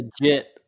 legit